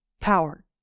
power